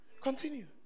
Continue